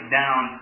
down